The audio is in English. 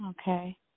Okay